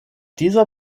dieser